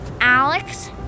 Alex